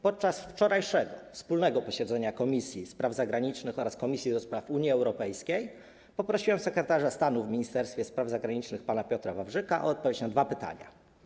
Podczas wczorajszego wspólnego posiedzenia Komisji Spraw Zagranicznych oraz Komisji do Spraw Unii Europejskiej poprosiłem sekretarza stanu w Ministerstwie Spraw Zagranicznych pana Piotra Wawrzyka o odpowiedź na dwa pytania.